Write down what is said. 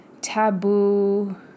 taboo